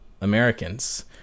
Americans